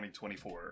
2024